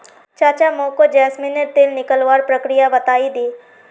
चाचा मोको जैस्मिनेर तेल निकलवार प्रक्रिया बतइ दे